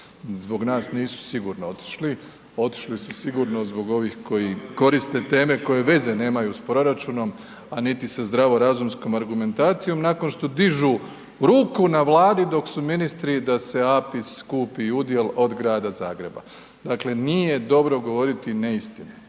Zbog nas nisu sigurno otišli, otišli su sigurno zbog ovih koji koriste teme koje veze nemaju sa proračunom a niti sa zdravorazumskom argumentacijom nakon što dižu ruku na Vladi dok su ministri da se APIS kupi udjel od grada Zagreba. Dakle nije dobro govoriti neistinu,